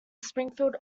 springfield